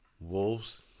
Wolves